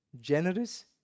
generous